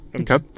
Okay